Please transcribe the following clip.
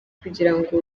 kugirango